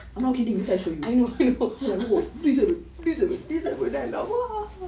I'm not kidding later I show you I'm like !wow! D seven D seven then I laugh